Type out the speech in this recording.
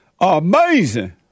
Amazing